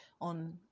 on